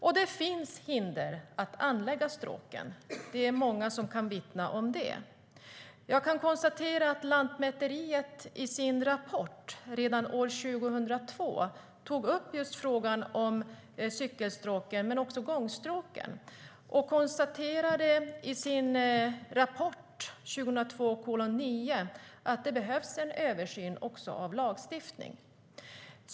Och det finns hinder att anlägga stråken; det är många som kan vittna om det. Lantmäteriet tog i sin rapport redan år 2002 upp just frågan om cykelstråken men också gångstråken. De konstaterade i sin rapport 2002:9 att det behövs en översyn av lagstiftningen.